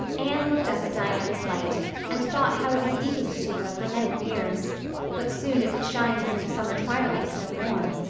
anne looked up at diana's light and thought how it had beaconed to her for many years but soon it would shine through the summer twilights no more.